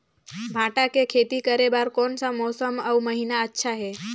भांटा के खेती करे बार कोन सा मौसम अउ महीना अच्छा हे?